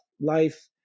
life